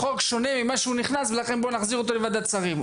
החוק שונה ממה שהוא נכנס ולכן בוא נחזיר אותו לוועדת שרים.